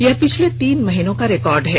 यह पिछले तीन महीनों का रिकॉर्ड है